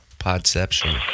Podception